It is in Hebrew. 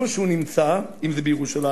במקום שנתניהו נמצא אם בירושלים,